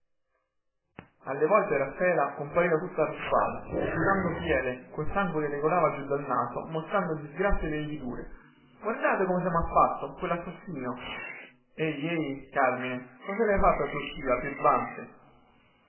alle volte raffaela compariva tutta arruffata sputando fiele col sangue che le colava giù dal naso mostrando gli sgraffi e le lividure guardate cosa mha fatto quellassassino ehi ehi carmine cosa le hai fatto a tua zia birbante